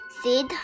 Sid